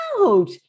out